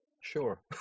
Sure